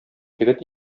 егет